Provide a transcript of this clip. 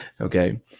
Okay